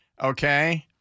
Okay